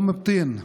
מאום בטין,